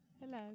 Hello